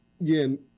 again